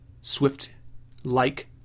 swift-like